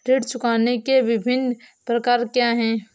ऋण चुकाने के विभिन्न प्रकार क्या हैं?